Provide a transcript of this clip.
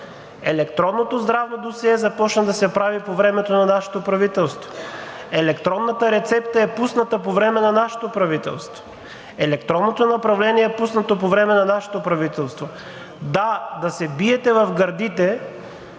Електронното здравно досие започна да се прави по времето на нашето правителство, електронната рецепта е пусната по време на нашето правителство, електронното направление е пуснато по време на нашето правителство. Да, да се биете в гърдите,